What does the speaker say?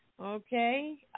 Okay